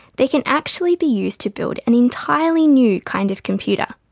they can actually be used to build an entirely new kind of computer,